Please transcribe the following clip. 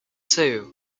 too